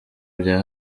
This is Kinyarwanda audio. bya